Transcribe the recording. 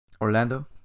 Orlando